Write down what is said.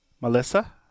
Melissa